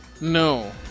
No